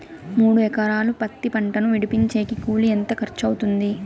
మూడు ఎకరాలు పత్తి పంటను విడిపించేకి కూలి ఎంత ఖర్చు అవుతుంది?